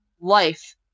life